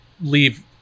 leave